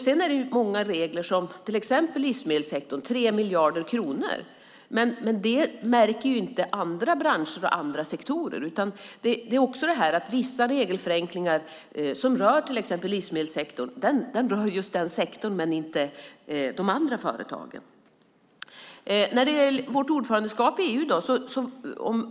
Sedan är det många regler i till exempel livsmedelssektorn. Det handlar om 3 miljarder kronor. Men det märker inte andra branscher och andra sektorer. Regelförenklingar som rör till exempel livsmedelssektorn rör just den sektorn men inte de andra företagen. Sedan gällde det vårt ordförandeskap i EU.